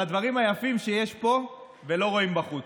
על הדברים היפים שיש פה ולא רואים בחוץ.